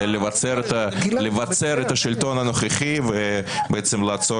היא לבצר את השלטון הנוכחי ובעצם לעצור